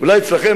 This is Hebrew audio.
אולי אצלכם,